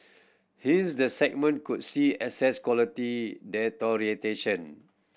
hence the segment could see asset quality deterioration